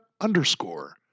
underscore